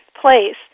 place